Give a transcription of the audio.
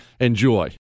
enjoy